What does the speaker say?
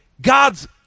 god's